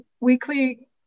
weekly